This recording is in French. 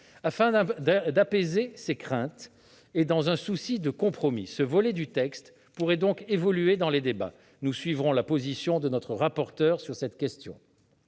Afin d'apaiser ces craintes, et dans un souci de compromis, ce volet du texte pourrait donc évoluer au cours du débat : nous suivrons la position de notre rapporteur sur cette question.